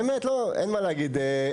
באמת שאין מה להגיד.